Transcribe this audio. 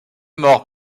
morts